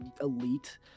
elite